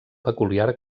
peculiar